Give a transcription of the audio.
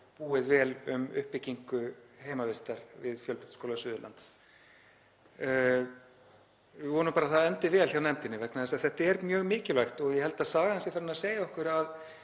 búið vel um uppbyggingu heimavistar við Fjölbrautaskóla Suðurlands. Við vonum bara að það endi vel hjá nefndinni vegna þess að þetta er mjög mikilvægt og ég held að sagan sé farin að segja okkur að